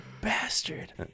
bastard